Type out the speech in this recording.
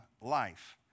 life